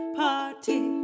party